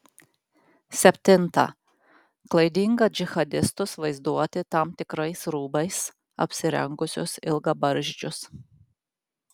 septinta klaidinga džihadistus vaizduoti tam tikrais rūbais apsirengusius ilgabarzdžius